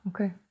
Okay